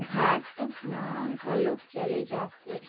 घाटा म घलोक चले जाथे